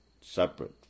separate